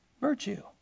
Virtue